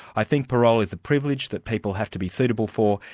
i think parole is a privilege that people have to be suitable for,